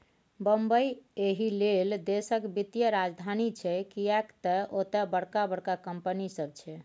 बंबई एहिलेल देशक वित्तीय राजधानी छै किएक तए ओतय बड़का बड़का कंपनी सब छै